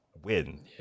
win